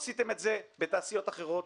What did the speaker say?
עשיתם את זה בתעשיות אחרות.